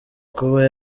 kuba